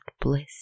bliss